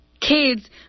Kids